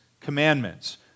commandments